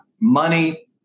money